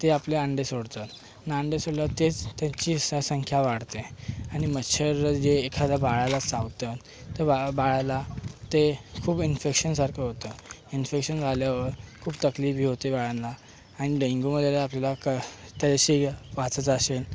ते आपले अंडे सोडतात न अंडे सोडल्यावर तेच त्यांची स् संख्या वाढते आणि मच्छर जे एखाद्या बाळाला चावतं तर बाळा बाळाला ते खूप इन्फेक्शनसारखं होतं इन्फेक्शन झाल्यावर खूप तकलीफही होते बाळांना आणि डेंगू मलेरिया आपलं तशी वाचायचं असेल